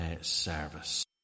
service